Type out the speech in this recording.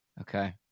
Okay